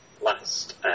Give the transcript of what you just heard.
last